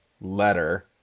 letter